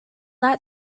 that